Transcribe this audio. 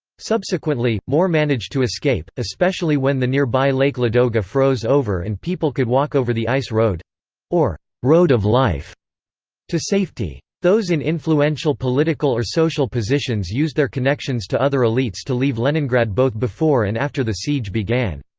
subsequently, more managed to escape especially when the nearby lake ladoga froze over and people could walk over the ice road or road of life to safety. those in influential political or social positions used their connections to other elites to leave leningrad both before and after the siege began.